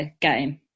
game